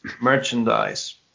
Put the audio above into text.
merchandise